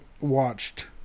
watched